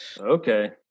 okay